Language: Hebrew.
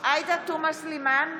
עאידה תומא סלימאן,